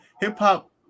hip-hop